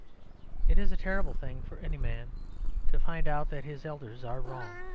it is a terrible thing for any man to find out that his elders are wrong.